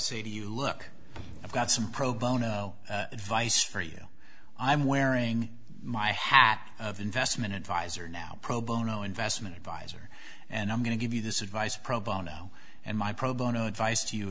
say to you look i've got some pro bono advice for you i'm wearing my hat of investment advisor now pro bono investment adviser and i'm going to give you this advice pro bono and my pro bono advice to you